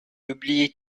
oubliait